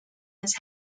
his